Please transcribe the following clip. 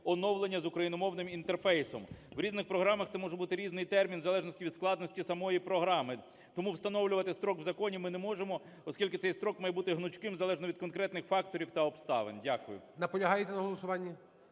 оновлення з україномовним інтерфейсом. В різних програмах це може бути різний термін в залежності від складності самої програми. Тому встановлювати строк в законі ми не можемо, оскільки цей строк має бути гнучким, залежно від конкретних факторів та обставин. Дякую.